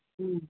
ହୁଁ